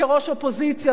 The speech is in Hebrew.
כראש אופוזיציה,